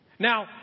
Now